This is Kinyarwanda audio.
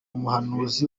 muhanuzi